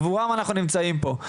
עבורם אנחנו נמצאים פה.